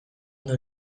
ondo